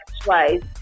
twice